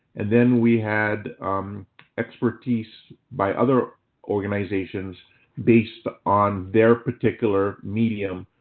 and then we had expertise by other organizations based on their particular medium.